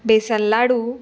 बेसनलाडू